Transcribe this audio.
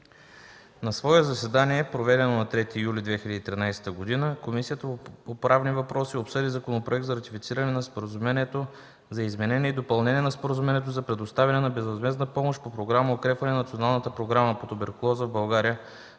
На свое заседание, проведено на 3 юли 2013 г., Комисията по правни въпроси обсъди Законопроект за ратифициране на Споразумението за изменение и допълнение на Споразумението за предоставяне на безвъзмездна помощ по Програма „Укрепване на Националната програма по туберкулоза в България”